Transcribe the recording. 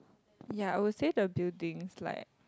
ya I would say the buildings like